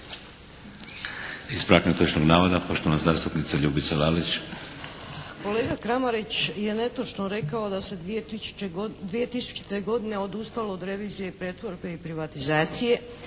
Ispravak netočnog navoda, poštovana zastupnica Ljubica Lalić.